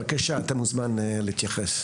בבקשה אתה מוזמן להתייחס.